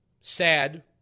sad